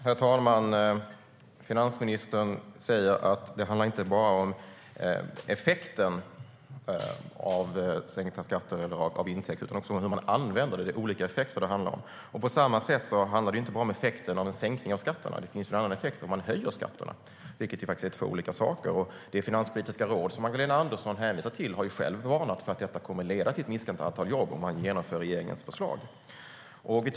Herr talman! Finansministern säger att det inte bara handlar om effekten av sänkta skatter eller av intäkter utan också om hur man använder dem. Det är fråga om olika effekter. På samma sätt handlar det inte bara om effekten av en sänkning av skatterna. Det blir ju en annan effekt om man höjer skatterna. Det är två olika saker. Finanspolitiska rådet, som Magdalena Andersson hänvisar till, har varnat för att det kommer att leda till en minskning av antalet jobb om regeringens förslag genomförs.